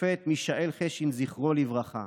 השופט מישאל חשין, זכרו לברכה: